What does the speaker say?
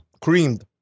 Creamed